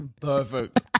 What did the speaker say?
Perfect